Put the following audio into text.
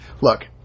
look